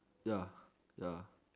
ya ya